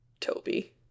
Toby